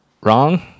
wrong